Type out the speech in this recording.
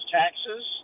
taxes